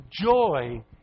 joy